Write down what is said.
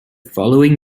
following